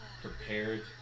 prepared